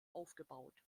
aufgebaut